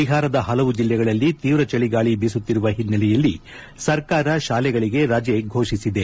ಬಿಹಾರದ ಹಲವು ಜಿಲ್ಲೆಗಳಲ್ಲಿ ತೀವ್ರ ಚಳಿಗಾಳಿ ಬೀಸುತ್ತಿರುವ ಹಿನ್ನೆಲೆಯಲ್ಲಿ ಸರ್ಕಾರಿ ಶಾಲೆಗಳಿಗೆ ರಜೆ ಘೋಷಿಸಿದೆ